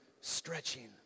stretching